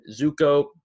Zuko